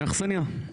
אכסניה.